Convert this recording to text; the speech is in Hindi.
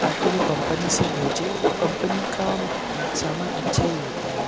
ताकि जो कंपनी से भेजें वो कंपनी का सामान अच्छा ही होता है